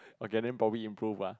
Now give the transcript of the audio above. okay then probably improve ah